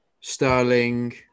Sterling